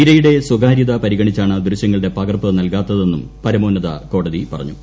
ഇരയുടെ സ്വകാര്യത പരിഗണിച്ചാണ് ദൃശ്യങ്ങളുടെ പകർപ്പ് നൽകാത്തതെന്നും പരമോന്നത കോടതി പറഞ്ഞു